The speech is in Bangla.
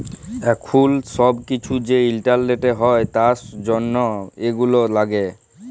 এখুল সব কিসু যে ইন্টারলেটে হ্যয় তার জনহ এগুলা লাগে